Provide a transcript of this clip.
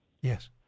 Yes